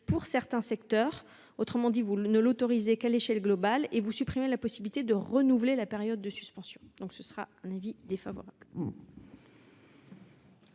pour certains secteurs. Autrement dit, vous ne l'autorisez qu'à l'échelle globale et vous supprimez la possibilité de renouveler la période de suspension. La commission émet donc un avis défavorable